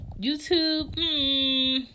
YouTube